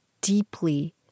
deeply